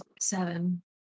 Seven